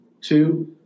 two